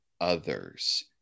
others